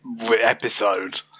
episode